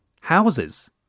Houses